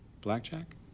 blackjack